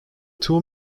two